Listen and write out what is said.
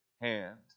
hand